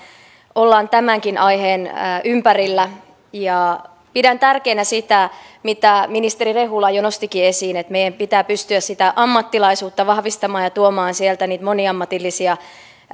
ollaan tämänkin aiheen ympärillä pidän tärkeänä sitä mitä ministeri rehula jo nostikin esiin että meidän pitää pystyä sitä ammattilaisuutta vahvistamaan ja tuomaan niitä moniammatillisia